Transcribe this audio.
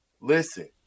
Listen